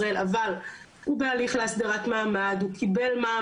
הוא קיבל מעמד אבל המעמד הזה כרגע זמני,